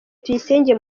tuyisenge